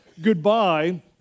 Goodbye